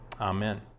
Amen